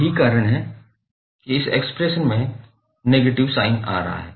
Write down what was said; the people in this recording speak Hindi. यही कारण है कि इस एक्सप्रेशन में नेगेटिव साइन आ रहा है